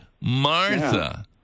Martha